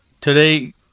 Today